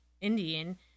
Indian